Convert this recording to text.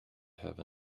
have